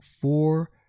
four